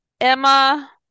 Emma